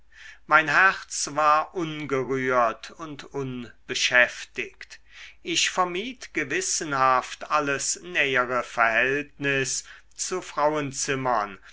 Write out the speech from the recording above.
mein herz war ungerührt und unbeschäftigt ich vermied gewissenhaft alles nähere verhältnis zu frauenzimmern